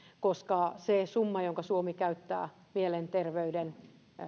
koska se summa jonka suomi käyttää mielenterveyden